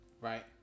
Right